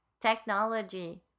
technology